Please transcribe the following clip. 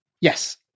Yes